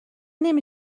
نمی